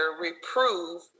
reprove